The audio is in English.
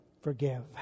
forgive